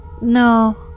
No